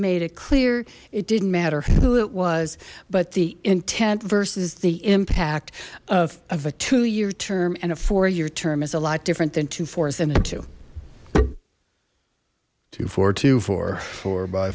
made it clear it didn't matter who it was but the intent versus the impact of a two year term and a four year term is a lot different than two four zero two two four two four four by